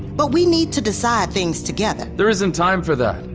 but we need to decide things together there isn't time for that!